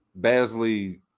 Basley